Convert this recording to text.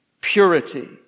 purity